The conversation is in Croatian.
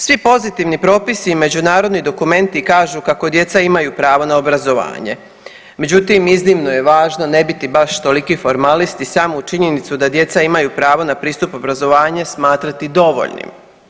Svi pozitivni propisi i međunarodni dokumenti kažu kako djeca imaju pravo na obrazovanje, međutim iznimno je važno ne biti baš toliki formalisti samo u činjenicu da djeca imaju pravo na pristup obrazovanje smatrati dovoljnim.